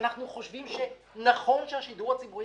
אנחנו חושבים שנכון שהשידור הציבורי